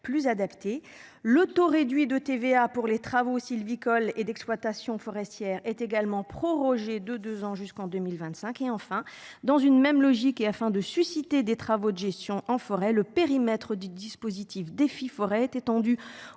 plus adapté. Le taux réduit de TVA pour les travaux sylvicoles et d'exploitation forestière est également prorogé de 2 ans jusqu'en 2025 et enfin dans une même logique et afin de susciter des travaux de gestion en forêt le périmètre du dispositif DEFI-Forêt être étendue